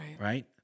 right